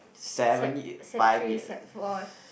sec sec three sec four